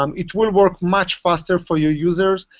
um it will work much faster for your users.